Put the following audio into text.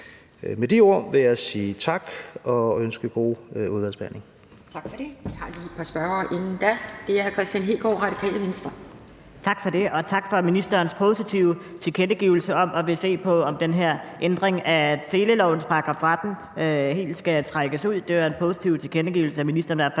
Med de ord vil jeg sige tak og ønske god udvalgsbehandling.